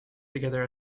together